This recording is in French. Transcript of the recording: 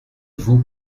vous